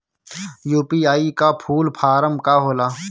UPI का full form का होला?